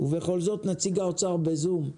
ובכל זאת נציג האוצר בזום.